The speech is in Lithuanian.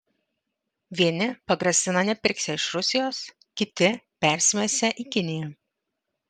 vieni pagrasina nepirksią iš rusijos kiti persimesią į kiniją